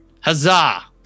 huzzah